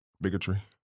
bigotry